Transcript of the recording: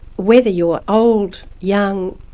whether you're old, young,